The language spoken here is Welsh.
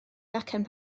gacen